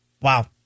Wow